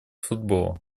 футбола